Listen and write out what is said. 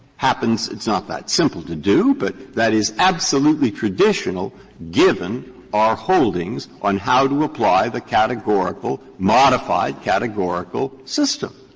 happens it's not that simple to do, but that is absolutely traditional given our holdings on how to apply the categorical modified categorical system.